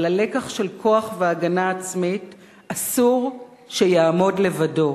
אבל הלקח של כוח והגנה עצמית אסור שיעמוד לבדו